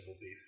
beef